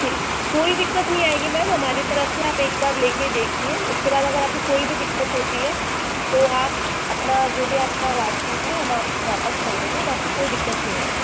ठीक कोई दिक्कत नहीं आएगी मैम हमारी तरफ़ से आप एक बार लेके देखिए उसके बाद अगर आपको कोई भी दिक्कत होती है तो आप अपना जो भी आपका राशि है हम आपको वापिस कर देंगे बाकि कोई दिक्कत नहीं आएंगी